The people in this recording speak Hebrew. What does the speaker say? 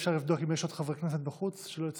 אפשר לבדוק אם יש עוד חברי כנסת בחוץ שלא הצביעו?